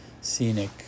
scenic